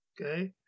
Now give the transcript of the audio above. Okay